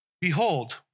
Behold